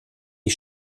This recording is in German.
die